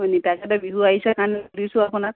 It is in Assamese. হয় নেকি তাৰকাৰণে বিহু আহিছে কাৰণে দিছোঁ আপোনাক